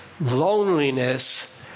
loneliness